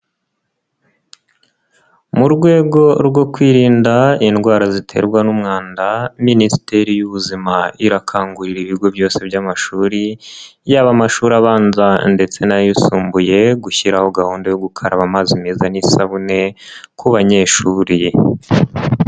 Mu rwego rwo kwirinda indwara ziterwa n'umwanda Minisiteri y'Ubuzima irakangurira ibigo byose by'amashuri yaba amashuri abanza ndetse n'ayisumbuye gushyiraho gahunda yo gukaraba amazi meza n'isabune ku banyeshuri.